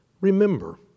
Remember